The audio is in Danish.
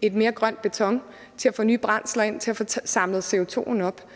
noget mere grøn beton og til at få nye brændsler ind og til at få samlet CO2'en op.